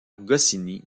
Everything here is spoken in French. goscinny